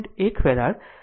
1 માઇક્રોફેરાડે